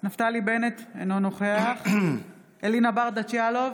נפתלי בנט, אינו נוכח אלינה ברדץ' יאלוב,